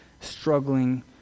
struggling